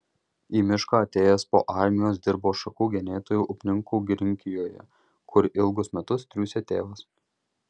į mišką atėjęs po armijos dirbo šakų genėtoju upninkų girininkijoje kur ilgus metus triūsė tėvas